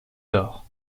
dort